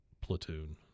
Platoon